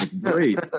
great